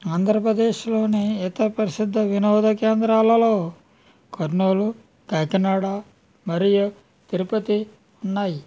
ఆంధ్రప్రదేశ్లోని ఇతర పరిశుద్ధ వినోద కేంద్రాలలో కర్నూలు కాకినాడ మరియు తిరుపతి ఉన్నాయి